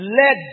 let